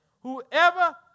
Whoever